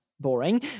boring